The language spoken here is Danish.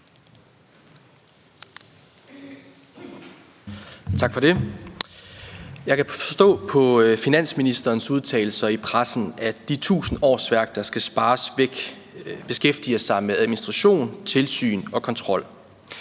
Jeg kan forstå på finansministerens udtalelser i pressen, at de 1.000 årsværk, der skal spares væk, beskæftiger sig med administration, tilsyn og kontrol.